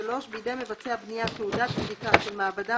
(3)בידי מבצע הבנייה תעודת בדיקה של מעבדה